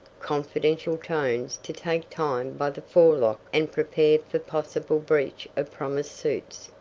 confidential tones to take time by the forelock and prepare for possible breach of promise suits.